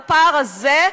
בפער הזה,